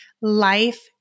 life